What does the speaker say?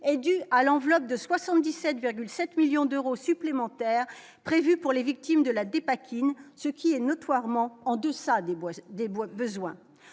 est bien à l'enveloppe de 77,7 millions d'euros supplémentaires prévus pour les victimes de la dépakine, ce qui est notoirement en-deçà des bouées